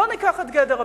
בוא ניקח את גדר הביטחון.